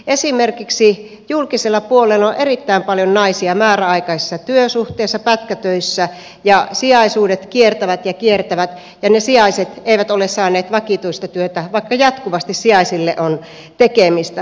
esimerkiksi julkisella puolella on erittäin paljon naisia määräaikaisissa työsuhteissa pätkätöissä ja sijaisuudet kiertävät ja kiertävät ja ne sijaiset eivät ole saaneet vakituista työtä vaikka jatkuvasti sijaisille on tekemistä